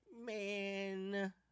man